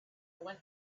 went